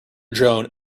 drone